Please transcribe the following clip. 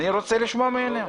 אני רוצה לשמוע ממנו.